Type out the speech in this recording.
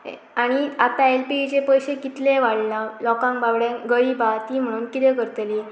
आणनी आतां एल पीजीचे पयशे कितले वाडलां लोकांक बाबडे्यां गरीबा ती म्हणून कितें करतली